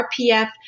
RPF